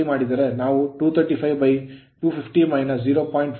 ನಾವು 235 250 0